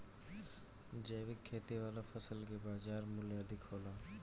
जैविक खेती वाला फसल के बाजार मूल्य अधिक होला